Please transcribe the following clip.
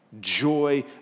Joy